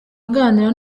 aganira